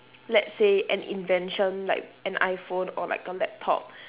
let's say an invention like an iphone or like a laptop